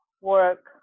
work